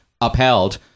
upheld